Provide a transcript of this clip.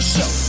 Show